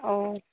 অঁ